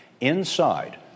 inside